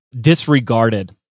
disregarded